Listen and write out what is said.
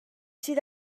sydd